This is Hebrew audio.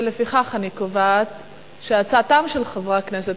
לפיכך אני קובעת שהצעותיהם של חברי הכנסת